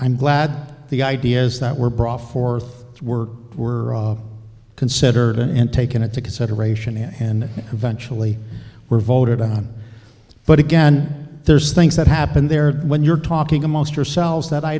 i'm glad the ideas that were brought forth were considered and taken into consideration and eventually were voted on but again there's things that happened there when you're talking amongst yourselves that i